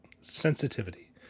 Sensitivity